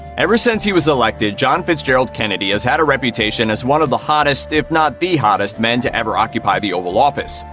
ever since he was elected, john fitzgerald kennedy has had a reputation as one of the hottest, if not the hottest, men to ever occupy the oval office.